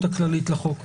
ההתייחסות הכללית לחוק.